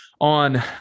on